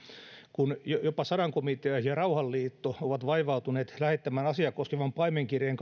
kun jopa sadankomitea ja rauhanliitto ovat vaivautuneet lähettämään kaikille kansanedustajille asiaa koskevan paimenkirjeen